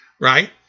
right